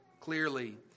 clearly